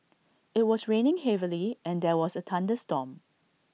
IT was raining heavily and there was A thunderstorm